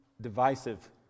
divisive